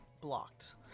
blocked